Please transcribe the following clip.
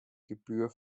gebühr